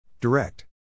Direct